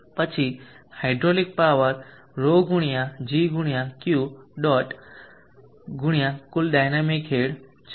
પછી hydraulic power 𝜌 ગુણ્યા g ગુણ્યા Q ડોટ ગુણ્યા કુલ ડાયનામિક હેડ છે